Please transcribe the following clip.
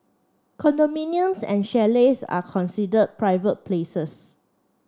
condominiums and chalets are considered private places